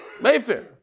Mayfair